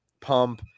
pump